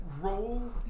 Roll